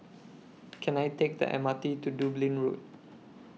Can I Take The M R T to Dublin Road